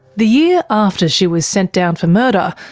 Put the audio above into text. the year after she was sent down for murder,